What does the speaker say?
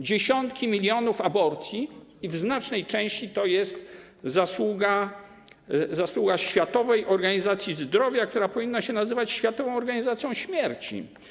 Dziesiątki milionów aborcji i w znacznej części to jest zasługa Światowej Organizacji Zdrowia, która powinna się nazywać światową organizacją śmierci.